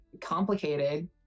complicated